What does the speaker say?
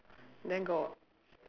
then got